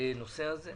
הנושא הזה.